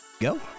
go